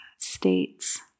states